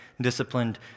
disciplined